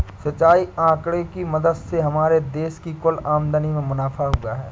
सिंचाई आंकड़े की मदद से हमारे देश की कुल आमदनी में मुनाफा हुआ है